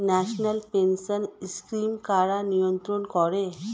National pension scheme কারা নিয়ন্ত্রণ করে?